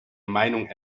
meinung